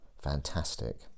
fantastic